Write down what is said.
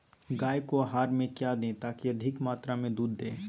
गाय को आहार में क्या दे ताकि अधिक मात्रा मे दूध दे?